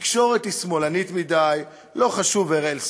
התקשורת שמאלנית מדי, לא חשוב אראל סג"ל,